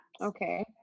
Okay